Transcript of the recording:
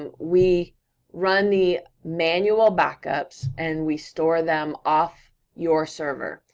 um we run the manual backups and we store them off your server.